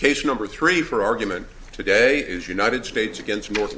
case number three for argument today is united states against